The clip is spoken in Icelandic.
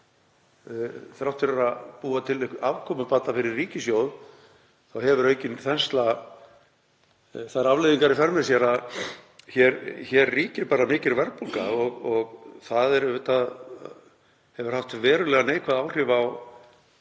Þrátt fyrir að búa til einhvern afkomubata fyrir ríkissjóð hefur aukin þensla þær afleiðingar í för með sér að hér ríkir mikil verðbólga og það hefur haft verulega neikvæð áhrif á